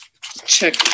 check